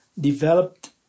developed